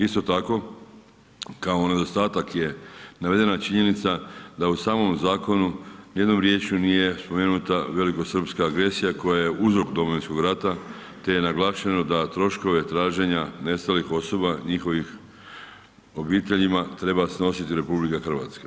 Isto tako, kao nedostatak je navedena činjenica da u samom zakonu nijednom riječju nije spomenuta velikosrpska agresija koja je uzrok Domovinskog rata te je naglašeno da troškove traženja nestalih osoba njihovim obiteljima treba snositi RH.